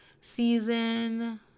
season